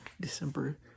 December